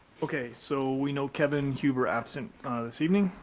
okay, so we know kevin huber absent this evening.